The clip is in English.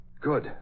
Good